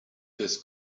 his